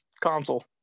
console